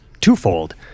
twofold